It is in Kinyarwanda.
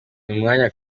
umwanya